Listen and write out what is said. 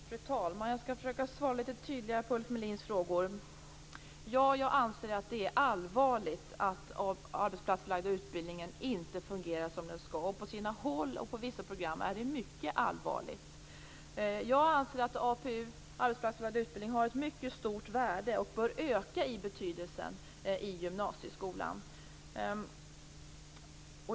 Fru talman! Jag skall försöka svara litet tydligare på Ulf Melins frågor. Ja, jag anser att det är allvarligt att den arbetsplatsförlagda utbildningen inte fungerar som den skall. På sina håll och på vissa program är det mycket allvarligt. Jag anser att den arbetsplatsförlagda utbildningen har ett mycket stort värde och bör öka i betydelse i gymnasieskolan.